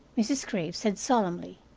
mrs. graves said solemnly,